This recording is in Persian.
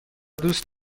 دوست